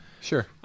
Sure